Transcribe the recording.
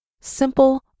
simple